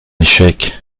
échec